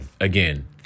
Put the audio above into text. again